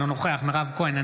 אינו נוכח מירב כהן,